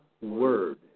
Word